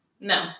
No